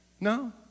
No